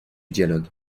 dialogue